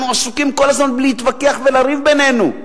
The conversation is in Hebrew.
אנחנו עסוקים כל הזמן בלהתווכח ולריב בינינו: